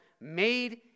made